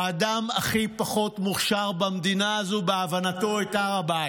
האדם הכי פחות מוכשר במדינה הזאת בהבנתו את הר הבית,